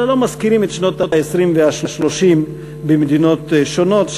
אלא מזכירים את שנות ה-20 וה-30 במדינות שונות.